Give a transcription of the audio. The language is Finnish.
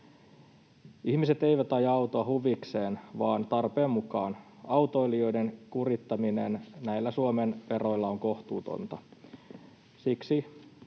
Ihmiset eivät aja autoa huvikseen vaan tarpeen mukaan. Autoilijoiden kurittaminen näillä Suomen veroilla on kohtuutonta.